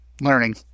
learning